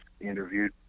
interviewed